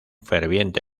ferviente